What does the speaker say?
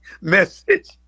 Message